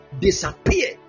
disappear